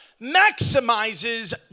maximizes